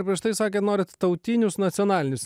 ir prieš tai sa norint tautinius nacionalinius